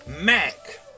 Mac